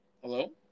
Hello